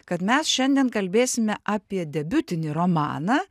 kad mes šiandien kalbėsime apie debiutinį romaną